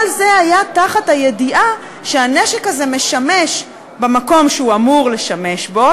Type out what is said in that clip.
כל זה היה בידיעה שהנשק הזה משמש במקום שהוא אמור לשמש בו,